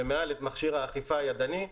ומעל את מכשיר האכיפה הידני.